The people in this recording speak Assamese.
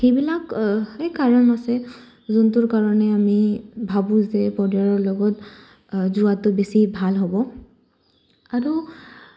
সেইবিলাক সেই কাৰণ আছে যোনটোৰ কাৰণে আমি ভাবোঁ যে পৰিয়ালৰ লগত যোৱাটো বেছি ভাল হ'ব আৰু